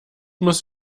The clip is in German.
muss